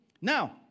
Now